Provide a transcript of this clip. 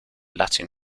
latin